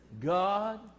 God